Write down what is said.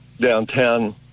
downtown